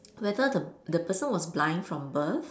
whether the the person was blind from birth